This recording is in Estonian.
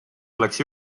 oleks